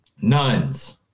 nuns